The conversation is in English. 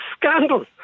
scandal